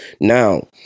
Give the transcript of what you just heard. Now